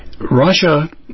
Russia